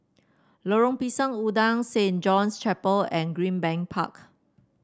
Lorong Pisang Udang Saint John's Chapel and Greenbank Park